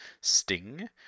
Sting